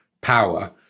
power